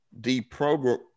deprogram